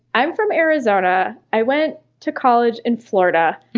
i'm from arizona, i went to college in florida.